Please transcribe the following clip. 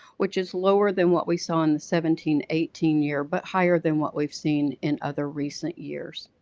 which is lower than what we saw in the seventeen eighteen year, but higher than what we've seen in other recent years.